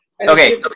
Okay